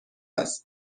است